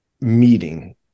meeting